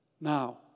Now